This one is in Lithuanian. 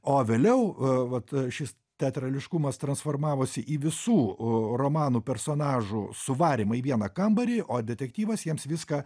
o vėliau vat šis teatrališkumas transformavosi į visų romanų personažų suvarymą į vieną kambarį o detektyvas jiems viską